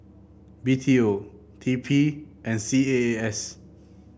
B T O T P and C A A S